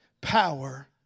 Power